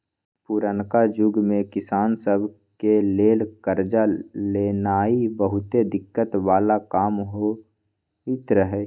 पुरनका जुग में किसान सभ के लेल करजा लेनाइ बहुते दिक्कत् बला काम होइत रहै